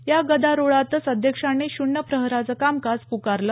या गदारोळातच अध्यक्षांनी शून्य प्रहराचं कामकाज पुकारलं